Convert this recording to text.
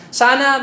sana